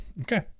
Okay